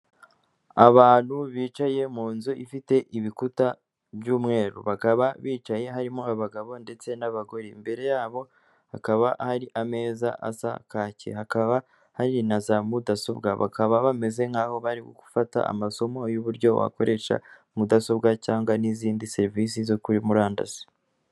Abantu bicaye mu nzu ifite ibikuta by'umweru, bakaba bicaye harimo abagabo ndetse n'abagore, imbere yabo hakaba hari ameza, hakaba hari na za mudasobwa. Bakaba bameze nk'aho bari gufata amasomo y'uburyo wakoresha mudasobwa cyangwa n'izindi serivisi zo kuri murandasi.